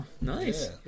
nice